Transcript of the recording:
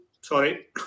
Sorry